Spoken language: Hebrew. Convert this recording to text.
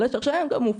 אלא שהם עכשיו גם מופלים